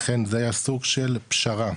לכן זה היה סוג של פשרה,